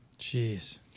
Jeez